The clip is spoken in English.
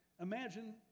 imagine